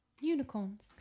Unicorns